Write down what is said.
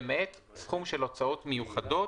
למעט סכום של הוצאות מיוחדות,